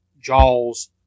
Jaws